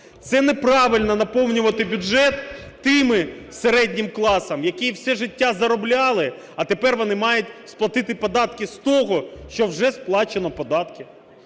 Це неправильно наповнювати бюджет тим середнім класом, які все життя заробляли, а тепер вони мають сплатити податки з того, що вже сплачено податки.